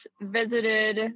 visited